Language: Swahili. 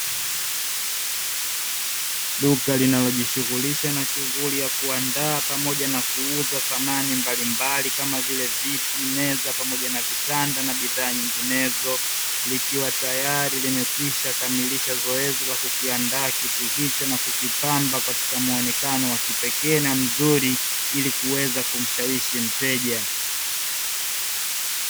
Duka linalojishughulisha na shughuli za kuandaa pamoja na kuuza samani mbalimbali, kama vile: viti, meza, pamoja na vitanda na bidhaa nyinginezo, likiwa tayari limekwishakamilisha zoezi la kukindaa kiti hicho na kukipamba katika muonekano wa kipekee na mzuri, ili kuweza kumshawishi mteja.